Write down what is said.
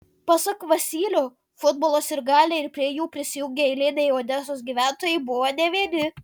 pasak vasylio futbolo sirgaliai ir prie jų prisijungę eiliniai odesos gyventojai buvo ne vieni